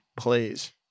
plays